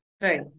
Right